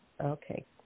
okay